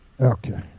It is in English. Okay